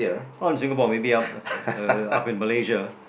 oh in Singapore maybe up uh up in Malaysia